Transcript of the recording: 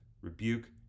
rebuke